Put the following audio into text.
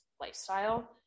lifestyle